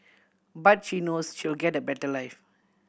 but she knows she'll get a better life